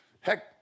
Heck